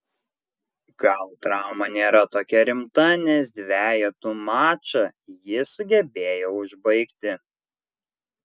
gal trauma nėra tokia rimta nes dvejetų mačą jis sugebėjo užbaigti